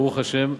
ברוך השם,